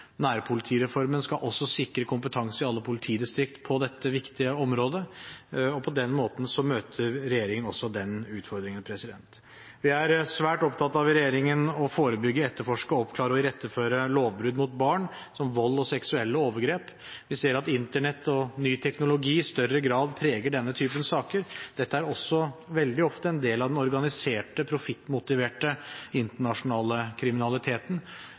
Nærpolitireformen skal også sikre kompetanse i alle politidistrikt på dette viktige området. På den måten møter regjeringen også den utfordringen. I regjeringen er vi svært opptatt av å forebygge, etterforske, oppklare og iretteføre lovbrudd mot barn, som vold og seksuelle overgrep. Vi ser at Internett og ny teknologi i større grad preger denne typen saker. Dette er også veldig ofte en del av den organiserte, profittmotiverte internasjonale kriminaliteten,